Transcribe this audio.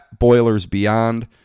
BoilersBeyond